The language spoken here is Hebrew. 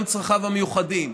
גם צרכיו המיוחדים.